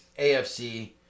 AFC